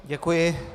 Děkuji.